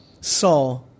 saw